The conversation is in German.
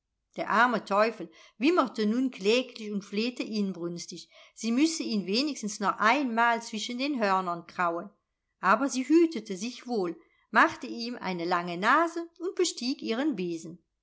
der arme teufel wimmerte nun kläglich und flehte inbrünstig sie müsse ihn wenigstens noch einmal zwischen den hörnern krauen aber sie hütete sich wohl machte ihm eine lange nase und bestieg ihren besen